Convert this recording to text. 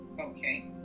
Okay